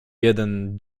jeden